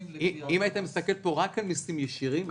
----- אם היית מסתכל פה רק על מסים ישירים,